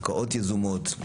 הקאות יזומות,